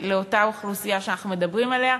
לאוכלוסייה שאנחנו מדברים עליה.